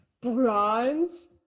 Bronze